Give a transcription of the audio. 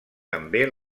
també